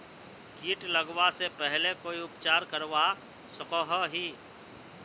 किट लगवा से पहले कोई उपचार करवा सकोहो ही?